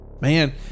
Man